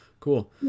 Cool